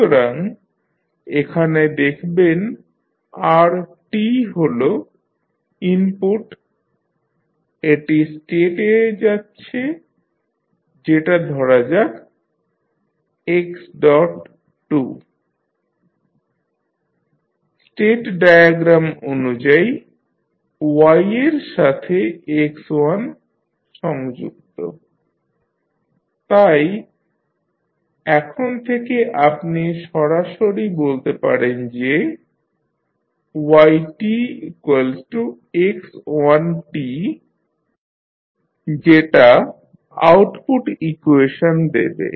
সুতরাং এখানে দেখবেন r হল ইনপুট এটি স্টেট এ যাচ্ছে যেটা ধরা যাক x2 স্টেট ডায়াগ্রাম অনুযায়ী y এর সাথে x1 সংযুক্ত তাই এখন থেকে আপনি সরাসরি বলতে পারেন যে yx1 যেটা আউটপুট ইকুয়েশন দেবে